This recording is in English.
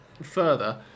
further